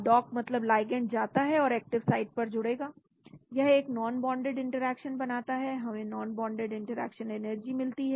dock मतलब ligand जाता है और एक्टिव साइट पर जुड़ेगा है यह एक नॉनबोंडेड इंटरेक्शन बनाता है हमें नॉनबोंडेड इंटरेक्शन एनर्जी मिलती है